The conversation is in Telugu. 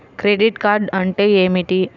క్రెడిట్ కార్డ్ అంటే ఏమిటి?